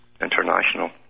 International